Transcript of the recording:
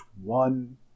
one